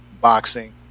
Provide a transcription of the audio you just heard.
boxing